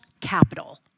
capital